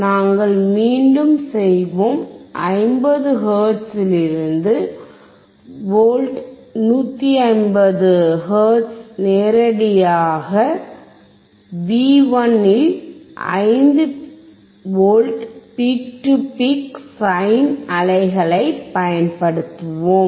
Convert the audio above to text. நாங்கள் மீண்டும் செய்வோம் 50 ஹெர்ட்ஸில் இருந்து வி 150 ஹெர்ட்ஸில் நேரடியாக வி 1 இல் 5 V peak to peak sine அலைகளைப் பயன்படுத்துவோம்